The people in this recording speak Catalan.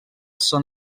són